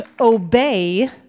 obey